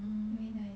mm